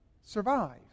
survive